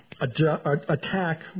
attack